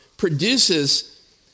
produces